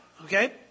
Okay